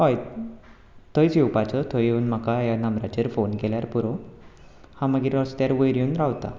हय थंयच येवपाचो थंय येवन म्हाका ह्या नंबराचेर फोन केल्यार पुरो हांव मागीर रस्त्यार वयर येवून रावतां